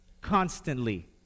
Constantly